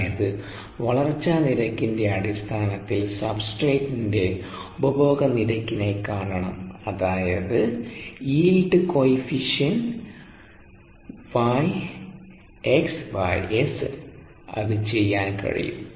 അതായത് വളർച്ചാ നിരക്കിന്റെ അടിസ്ഥാനത്തിൽ സബ്സ്ട്രേറ്റിന്റെ ഉപഭോഗനിരക്കിനെ കാണണം അതായത് യീൽഡ് കോയഫിഷ്യൻറ് Y x Sന് അത് ചെയ്യാൻ കഴിയും